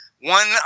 one